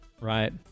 right